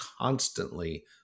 constantly